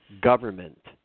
government